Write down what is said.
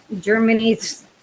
germany's